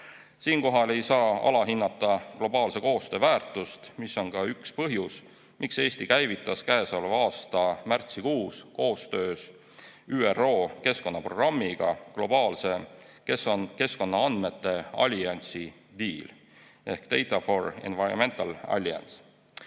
Siinkohal ei saa alahinnata globaalse koostöö väärtust, mis on ka üks põhjus, miks Eesti käivitas käesoleva aasta märtsikuus koostöös ÜRO Keskkonnaprogrammiga globaalse keskkonnaandmete alliansi DEAL ehkData for the Environment Alliance.